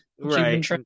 right